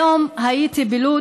היום הייתי בלוד,